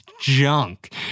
junk